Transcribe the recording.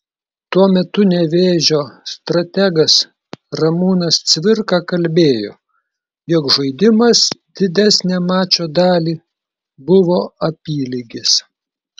tuo metu nevėžio strategas ramūnas cvirka kalbėjo jog žaidimas didesnę mačo dalį buvo apylygis